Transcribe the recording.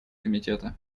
комитета